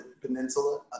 Peninsula